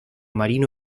marino